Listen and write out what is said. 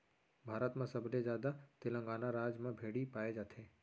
भारत म सबले जादा तेलंगाना राज म भेड़ी पाए जाथे